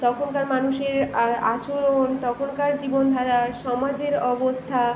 তখনকার মানুষের আ আচরণ তখনকার জীবনধারা সমাজের অবস্থা